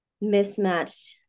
mismatched